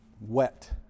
wet